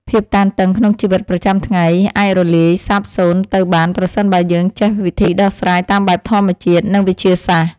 ភាពតានតឹងក្នុងជីវិតប្រចាំថ្ងៃអាចរលាយសាបសូន្យទៅបានប្រសិនបើយើងចេះវិធីដោះស្រាយតាមបែបធម្មជាតិ និង វិទ្យាសាស្ត្រ។